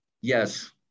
yes